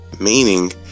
meaning